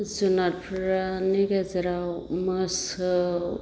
जुनादफोरनि गेजेराव मैसौ